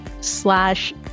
slash